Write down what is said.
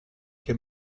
che